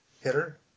hitter